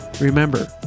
Remember